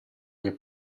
che